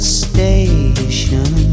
station